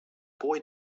boy